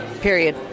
period